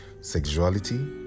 sexuality